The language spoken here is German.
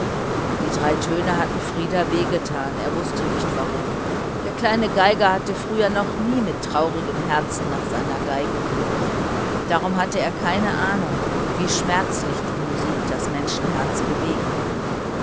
die drei töne hatten frieder wehgetan er wußte nicht warum der kleine geiger hatte früher noch nie mit traurigem herzen nach seinem instrument gegriffen darum hatte er auch keine ahnung davon wie schmerzlich die musik das menschenherz bewegen kann